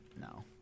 no